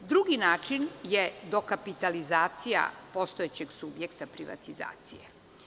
Drugi način je dokapitalizacija postojećeg subjekta privatizacije.